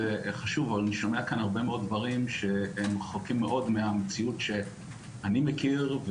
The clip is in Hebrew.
כאן הרבה מאוד דברים שהם רחוקים מאוד מהמציאות שאני מכיר,